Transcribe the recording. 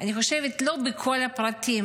אני חושבת לא בכל הפרטים,